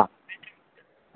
ആ